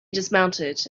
dismounted